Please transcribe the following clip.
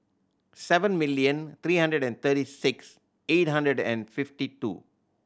seven million three hundred and thirty six eight hundred and fifty two